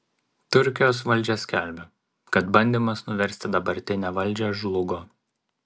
turkijos valdžia skelbia kad bandymas nuversti dabartinę valdžią žlugo